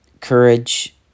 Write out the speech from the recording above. courage